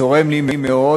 צורם לי מאוד,